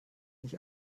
nicht